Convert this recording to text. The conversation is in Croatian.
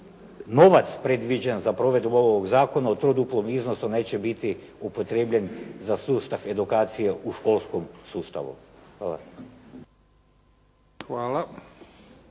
novac predviđen za provedbu ovog zakona u troduplom iznosu neće biti upotrijebljen za sustav edukacije u školskom sustavu. Hvala.